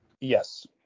yes